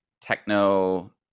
techno